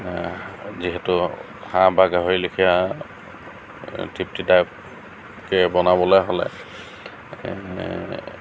যিহেতু হাঁহ বা গাহৰি লেখিয়া তৃপ্তিদায়ককৈ বনাবলৈ হ'লে